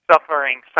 suffering